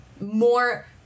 more